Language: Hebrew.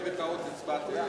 אני בטעות הצבעתי בעד.